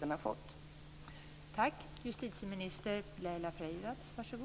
hon har fått.